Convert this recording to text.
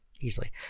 easily